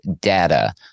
data